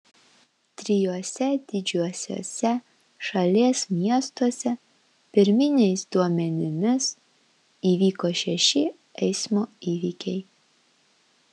trijuose didžiuosiuose šalies miestuose pirminiais duomenimis įvyko šeši eismo įvykiai